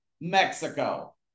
mexico